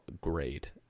great